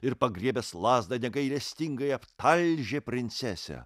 ir pagriebęs lazdą negailestingai aptalžė princesę